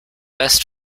best